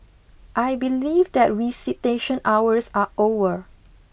I believe that visitation hours are over